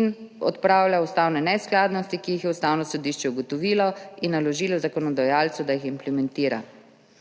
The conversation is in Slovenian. in odpravlja ustavne neskladnosti, ki jih je Ustavno sodišče ugotovilo in naložilo zakonodajalcu, da jih implementira.